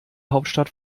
hauptstadt